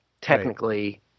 technically